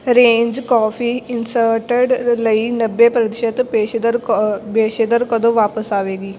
range coffee instead ਲਈ ਨੱਬੇ ਪ੍ਰਤੀਸ਼ਤ ਪੇਸ਼ਦਰ ਕ ਪੇਸ਼ੇਦਰ ਕਦੋਂ ਵਾਪਸ ਆਵੇਗੀ